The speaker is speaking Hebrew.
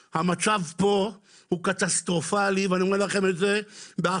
המצב קטסטרופלי ואני אומר לכם את זה באחריות.